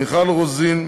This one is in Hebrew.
מיכל רוזין,